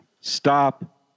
Stop